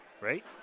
Right